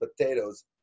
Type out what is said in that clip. potatoes